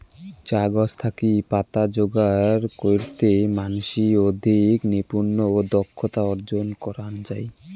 চা গছ থাকি পাতা যোগার কইরতে মানষি অধিক নৈপুণ্য ও দক্ষতা অর্জন করাং চাই